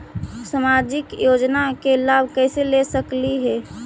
सामाजिक योजना के लाभ कैसे ले सकली हे?